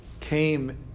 Came